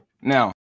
now